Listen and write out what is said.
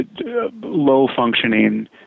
low-functioning